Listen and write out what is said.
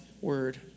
word